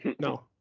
No